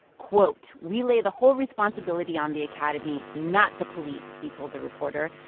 quote, we lay the whole responsibility on the academy, not the police, he told the reporter.